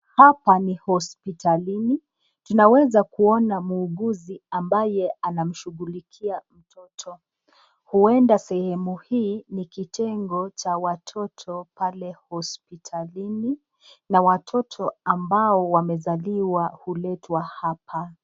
Hapa ni hospitalini, inaweza kuona muuguzi ambaye anamshughulikia mtoto. Huenda sehemu hii ni kitengo cha watoto pale hospitalini, na watoto ambao wamezaliwa huletwa hapa.